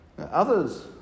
Others